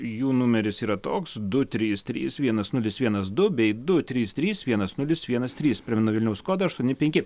jų numeris yra toks du trys trys vienas nulis vienas du bei du trys trys vienas nulis vienas trys primenu vilniaus kodą aštuoni penki